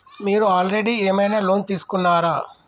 మీరు ఆల్రెడీ ఏమైనా లోన్ తీసుకున్నారా?